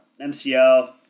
MCL